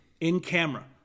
In-camera